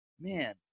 man